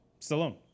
Stallone